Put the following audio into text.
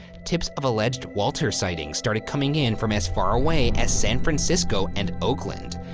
tips of alleged walter sightings started coming in from as far away as san francisco and oakland.